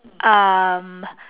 um